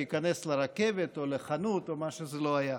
נתנו לו להיכנס לרכבת או לחנות או למה שזה לא היה.